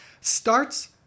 starts